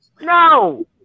No